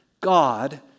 God